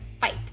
fight